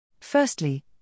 Firstly